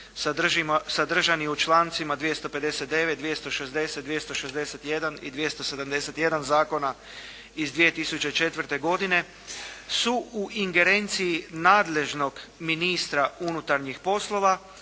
sadržani u člancima 259., 260., 261. i 271. Zakona iz 2004. godine su u ingerenciji nadležnog ministra unutarnjih poslova